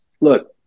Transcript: look